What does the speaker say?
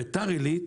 ביתר עילית,